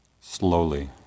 slowly